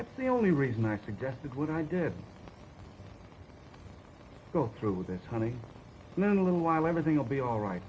that's the only reason i suggested what i did go through this honey and then a little while everything will be all right